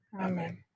Amen